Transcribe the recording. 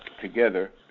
together